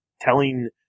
telling